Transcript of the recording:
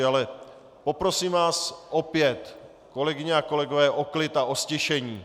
Ale poprosím vás opět, kolegyně a kolegové, o klid a o ztišení!